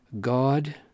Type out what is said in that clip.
God